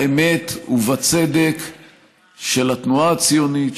באמת ובצדק של התנועה הציונית,